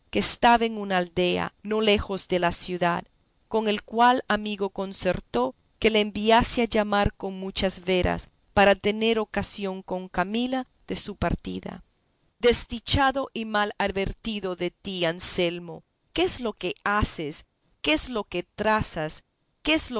estaba en una aldea no lejos de la ciudad con el cual amigo concertó que le enviase a llamar con muchas veras para tener ocasión con camila de su partida desdichado y mal advertido de ti anselmo qué es lo que haces qué es lo que trazas qué es